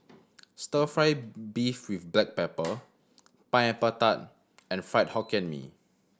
Stir Fry beef with black pepper Pineapple Tart and Fried Hokkien Mee